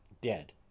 dead